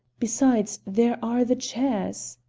besides, there are the chairs.